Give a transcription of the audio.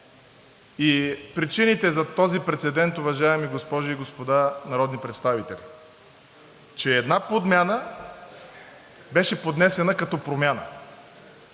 И причините за този прецедент, уважаеми госпожи и господа народни представители, са, че една подмяна беше поднесена като промяна.